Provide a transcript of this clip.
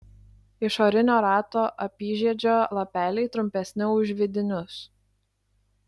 išorinio rato apyžiedžio lapeliai trumpesni už vidinius